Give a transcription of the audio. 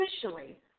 officially